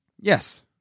Yes